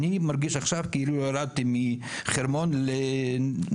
אני מרגיש עכשיו כאילו ירדתי מהחרמון לערבה.